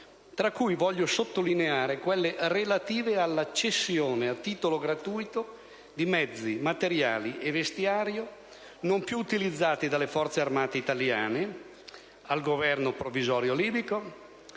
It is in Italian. tra cui voglio sottolineare quelle relative alla cessione a titolo gratuito di mezzi, materiali e vestiario non più utilizzati dalle Forze armate italiane al Governo provvisorio libico,